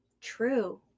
True